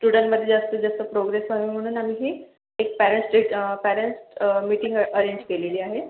स्टुडन्टमध्ये जास्तीत जास्त प्रोग्रेस व्हावी म्हणून आम्ही ही एक parents day parents meeting arrange केलेली आहे